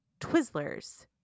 Twizzlers